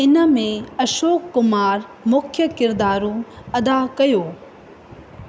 इनमें अशोक कुमार मुख्य किरदारु अदा कयो